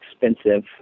expensive